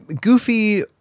Goofy